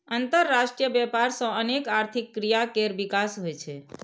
अंतरराष्ट्रीय व्यापार सं अनेक आर्थिक क्रिया केर विकास होइ छै